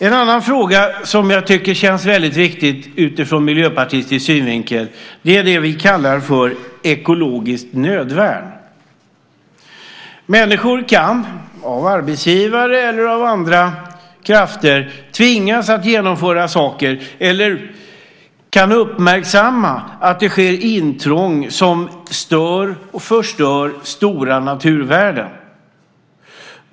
En annan fråga som känns väldigt viktig utifrån miljöpartistisk synvinkel är det vi kallar för ekologiskt nödvärn. Människor kan, av arbetsgivare eller av andra krafter, tvingas att genomföra saker eller uppmärksamma att det sker intrång som stör och förstör stora naturvärden.